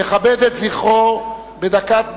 נכבד את זכרו בדקת דומייה.